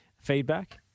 feedback